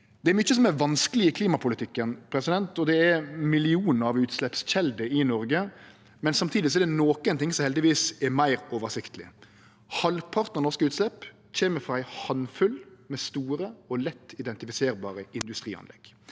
Det er mykje som er vanskeleg i klimapolitikken, og det er millionar av utsleppskjelder i Noreg, men samtidig er det nokon ting som heldigvis er meir oversiktlege. Halvparten av norske utslepp kjem frå ein handfull med store og lett identifiserbare industrianlegg.